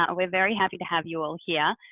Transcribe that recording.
ah we're very happy to have you all here.